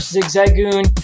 Zigzagoon